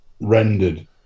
rendered